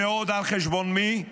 ועוד על חשבון מי?